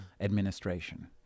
Administration